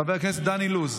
חבר הכנסת דני לוז,